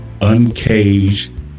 uncaged